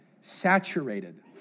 saturated